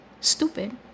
stupid